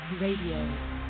Radio